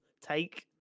take